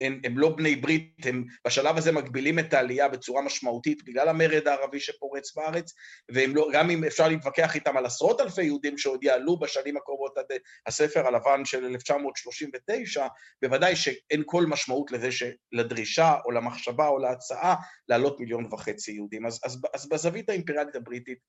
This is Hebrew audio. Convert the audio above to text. ‫הם, הם לא בני ברית, הם בשלב הזה ‫מגבילים את העלייה בצורה משמעותית ‫בגלל המרד הערבי שפורץ בארץ, ‫והם לא --- גם אם אפשר להתווכח איתם ‫על עשרות אלפי יהודים ‫שעוד יעלו בשנים הקרובות ‫עד הספר הלבן של 1939, ‫בוודאי שאין כל משמעות לזה ‫שלדרישה או למחשבה או להצעה ‫להעלות מיליון וחצי יהודים. אז ‫אז בזווית האימפריאנט הבריטית,